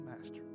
master